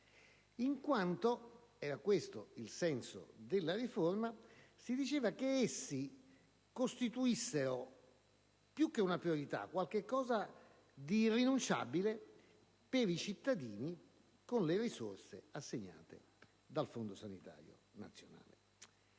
in quanto - era questo il senso della riforma - si diceva che essi costituissero, più che una priorità, un qualcosa di irrinunciabile per i cittadini, con le risorse assegnate dal Fondo sanitario nazionale.